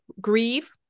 grieve